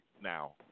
now